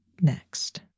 next